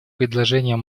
предложением